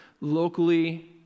locally